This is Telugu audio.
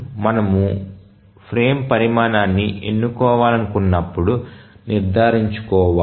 మనము ఫ్రేమ్ పరిమాణాన్ని ఎన్నుకోవాలనుకున్నప్పుడు నిర్ధారించుకోవాలి